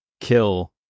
kill